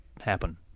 happen